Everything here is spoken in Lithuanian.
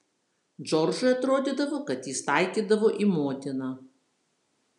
džordžui atrodydavo kad jis taikydavo į motiną